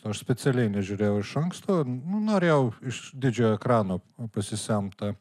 aš specialiai nežiūrėjau iš anksto nu norėjau iš didžiojo ekrano pasisemt tą